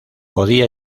podía